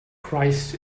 christ